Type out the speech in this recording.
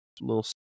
little